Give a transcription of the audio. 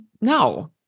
no